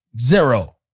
zero